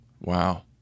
Wow